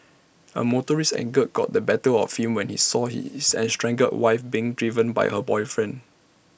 A motorist's anger got the better of him when he saw his estranged wife's being driven by her boyfriend